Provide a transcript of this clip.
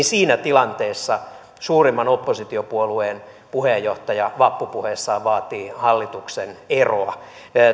siinä tilanteessa suurimman oppositiopuolueen puheenjohtaja vappupuheessaan vaatii hallituksen eroa